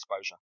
exposure